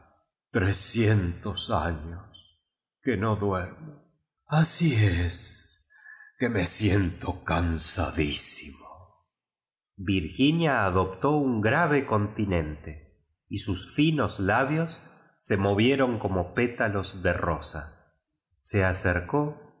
tos años que no duermo así es que me siento cansadísimo virginia adoptó un grave continente y sus finos labios se movieron como pétalo de rosa se acercó